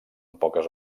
poques